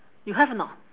you have or not